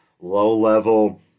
low-level